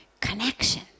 connection